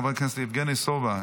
חבר הכנסת יבגני סובה,